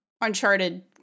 uncharted